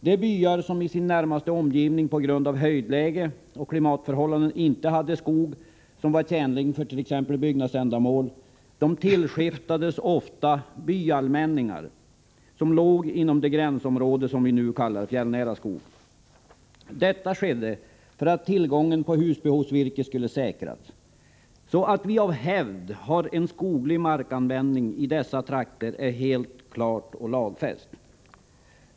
De byar som i sin närmaste omgivning, på grund av höjdläge och klimatförhållanden inte hade skog som var tjänlig för t.ex. byggnadsändamål tillskiftades ofta byallmänningar, som låg inom det gränsområde vi nu kallar fjällnära skog. Detta skedde för att tillgången på husbehovsvirke skulle säkras. Att vi av hävd har en skoglig markanvändning i dessa trakter är alltså helt klart och lagfäst.